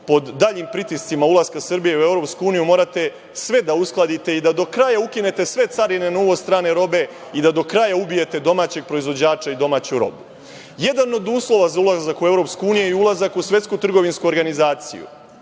pod daljim pritiscima ulaska Srbije u EU, morate sve da uskladite i da do kraja ukinete sve carine na uvoz strane robe i da do kraja ubijete domaćeg proizvođača i domaću robu. Jedan od uslova za ulazak u EU je ulazak u Svetsku trgovinsku organizaciju.